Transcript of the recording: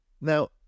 Now